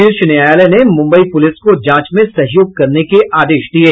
शीर्ष न्यायालय ने मुंबई पुलिस को जांच में सहयोग करने के आदेश दिये